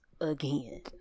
again